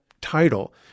title